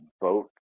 vote